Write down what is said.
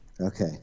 okay